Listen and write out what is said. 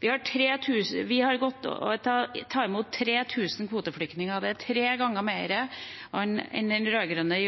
Vi har gått til å ta imot 3 000 kvoteflyktninger. Det er tre ganger mer enn den rød-grønne